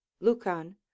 lucan